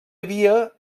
havia